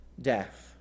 death